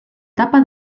tapa